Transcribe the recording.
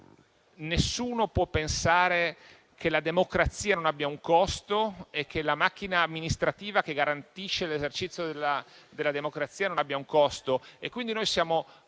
nessuno può pensare che la democrazia non abbia un costo e che la macchina amministrativa che garantisce l'esercizio della democrazia non abbia un costo.